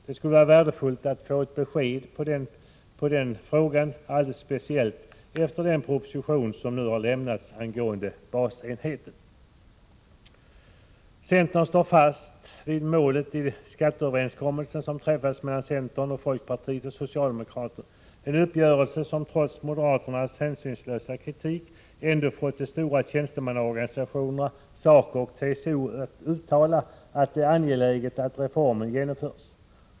Det skulle vara värdefullt att få ett besked i den frågan, alldeles speciellt efter den Centern står fast vid målet i den skatteöverenskommelse som träffades mellan centern, folkpartiet och socialdemokraterna. Det är en uppgörelse som trots moderaternas hänsynslösa kritik ändå fått de stora tjänstemannaorganisationerna SACO och TCO att uttala att det är angeläget att reformen genomförs.